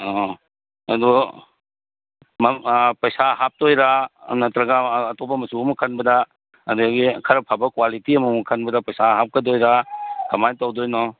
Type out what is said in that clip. ꯑꯣ ꯑꯗꯨ ꯄꯩꯁꯥ ꯍꯥꯞꯇꯣꯏꯔ ꯅꯠꯇ꯭ꯔꯒ ꯑꯇꯣꯞꯄ ꯃꯆꯨ ꯑꯃ ꯈꯟꯕꯗ ꯑꯗꯨꯒꯒꯤ ꯈꯔ ꯐꯕ ꯀ꯭ꯋꯥꯂꯤꯇꯤ ꯑꯃꯃꯨꯛ ꯈꯟꯕꯗ ꯄꯩꯁꯥ ꯍꯥꯞꯀꯗꯣꯏꯔ ꯀꯃꯥꯏ ꯇꯧꯗꯣꯏꯅꯣ